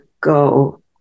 go